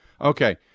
Okay